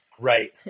Right